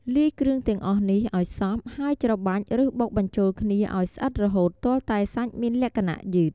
លាយគ្រឿងទាំងអស់នេះឱ្យសព្វ ហើយច្របាច់ ឬបុកបញ្ចូលគ្នាឱ្យស្អិតរហូតទាល់តែសាច់មានលក្ខណៈយឺត។